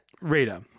Rita